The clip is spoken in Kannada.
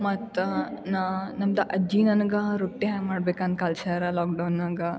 ಮತ್ತು ನಾ ನಮ್ದು ಅಜ್ಜಿ ನನಗೆ ರೊಟ್ಟಿ ಹೆಂಗೆ ಮಾಡ್ಬೇಕಂತ ಕಲಿಸ್ಯಾರ ಲಾಕ್ಡೌನಾಗ